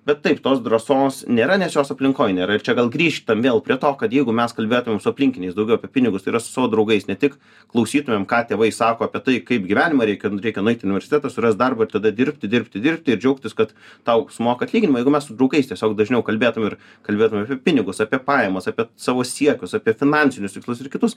bet taip tos drąsos nėra nes jos aplinkoj nėra ir čia gal grįžtam vėl prie to kad jeigu mes kalbėtumėm su aplinkiniais daugiau apie pinigus tai yra su savo draugais ne tik klausytumėm ką tėvai sako apie tai kaip gyvenimą reikia reikia nueit į universitetą surast darbą ir tada dirbti dirbti dirbti ir džiaugtis kad tau sumoka atlyginimą jeigu mes su draugais tiesiog dažniau kalbėtume ir kalbėtumėm apie pinigus apie pajamas apie savo siekius apie finansinius tikslus ir kitus